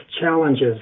challenges